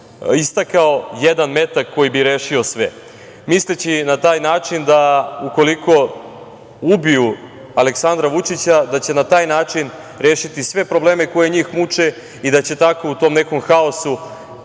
istakao, jedan metak koji bi rešio sve. Misleći na taj način da ukoliko ubiju Aleksandra Vučića da će na taj načni rešiti sve probleme koje njih muče i da će tako u tom nekom haosu,